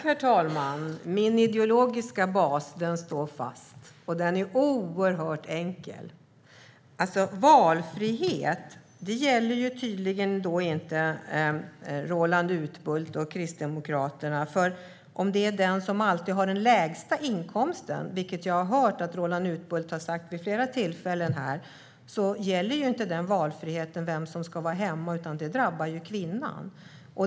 Herr talman! Min ideologiska bas står fast. Den är oerhört enkel. Om det alltid är den som har den lägsta inkomsten som stannar hemma, vilket jag har hört Roland Utbult säga vid flera tillfällen här, drabbar det kvinnan.